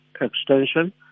extension